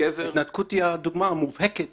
ההתנתקות היא הדוגמה המובהקת